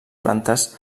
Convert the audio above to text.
plantes